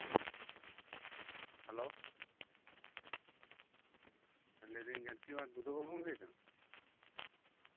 hello ᱞᱟᱹᱭᱫᱟᱹᱧ ᱵᱩᱫᱽᱫᱷᱚ ᱵᱟᱹᱵᱩᱢ ᱞᱟᱹᱭᱫᱟ